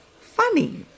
funny